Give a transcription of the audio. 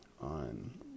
on